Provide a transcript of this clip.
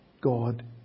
God